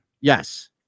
Yes